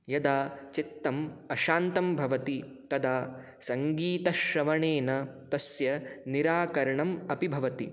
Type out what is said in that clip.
यदा चित्तम् अशान्तं भवति तदा सङ्गीतश्रवणेन तस्य निराकरणम् अपि भवति